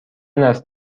است